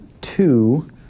two